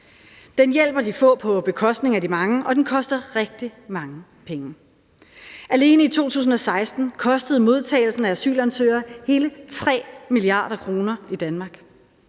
Den hjælper de få på bekostning af de mange, og den koster rigtig mange penge. Alene i 2016 kostede modtagelsen af asylansøgere hele 3 mia. kr. i Danmark,